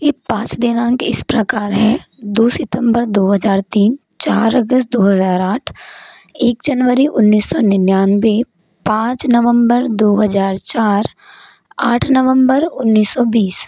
ये पाँच दिनांक इस प्रकार हैं दो सितम्बर दो हज़ार तीन चार अगस्त दो हज़ार आठ एक जनवरी उन्नीस सौ निन्यानबे पाँच नवंबर दो हज़ार चार आठ नवंबर उन्नीस सौ बीस